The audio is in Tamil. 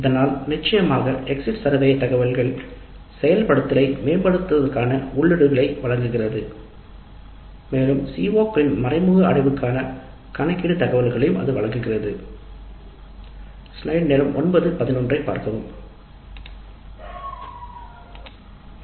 இதனால் நிச்சயமாக எக்ஸிட் சர்வே செயல்பாட்டை மேம்படுத்துவதற்கான உள்ளீடுகளை வழங்குகிறது அதே போல் CO களின் மறைமுக அடைவுக்கான கணக்கீடு தகவல்களையும் அது வழங்குகிறது CO களின் மறைமுக அடைவுக்கான கணக்கீடு